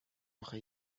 آخه